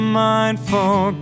mindful